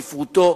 ספרותו,